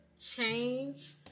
change